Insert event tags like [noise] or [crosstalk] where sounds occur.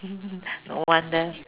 [laughs] no wonder